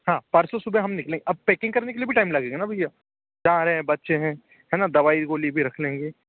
हाँ परसों सुबह हम निकलेंगे अब पेकिंग करने में भी टाइम लगेगा ना भइया जा रहे है बच्चे है ना दवाई गोली भी रख लेंगे